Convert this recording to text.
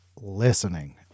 Listening